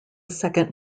second